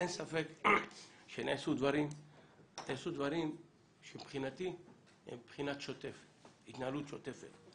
אין ספק שנעשו דברים שמבחינתי הם מבחינת התנהלות שוטפת.